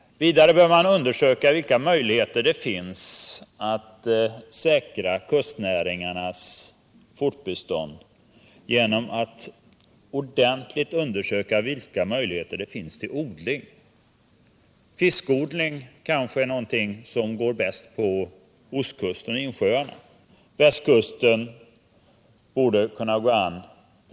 Sedan bör det också undersökas vilka möjligheter det finns att säkra kustnäringarnas fortbestånd. Det bör sålunda göras en ordentlig undersökning av utsikterna för fiskodling. Sådan odling är kanske någonting som går bäst på ostkusten och i insjöarna, men även västkusten borde kunna vara lämplig i vissa fall.